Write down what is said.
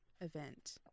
event